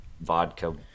vodka